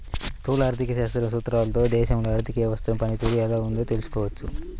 స్థూల ఆర్థిక శాస్త్రం సూత్రాలతో దేశంలో ఆర్థిక వ్యవస్థ పనితీరు ఎలా ఉందో తెలుసుకోవచ్చు